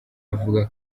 avuga